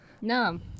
no